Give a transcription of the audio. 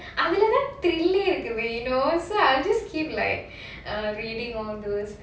அங்க:anga thrill you know so I'll just keep like uh reading all those